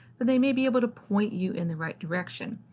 but they may be able to point you in the right direction.